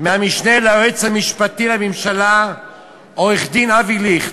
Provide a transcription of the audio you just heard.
מהמשנה ליועץ המשפטי לממשלה עורך-דין אבי ליכט,